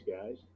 guys